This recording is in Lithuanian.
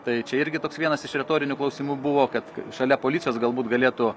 tai čia irgi toks vienas iš retorinių klausimų buvo kad šalia policijos galbūt galėtų